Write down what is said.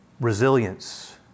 resilience